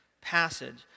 passage